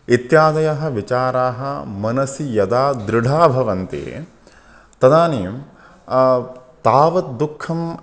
इत्यादयः विचाराः मनसि यदा दृढा भवन्ति तदानीं तावत् दुःखम्